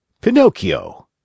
Pinocchio